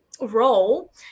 role